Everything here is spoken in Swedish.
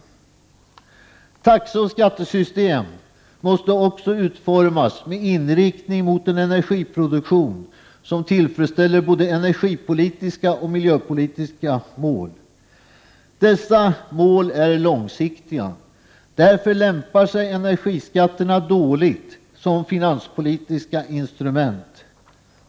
Också taxeoch skattesystem måste utformas med inriktning mot en energiproduktion, som tillfredsställer både energipolitiska och miljöpolitiska mål. Dessa mål är långsiktiga. Därför lämpar sig energiskatterna dåligt som finanspolitiska instrument.